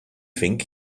think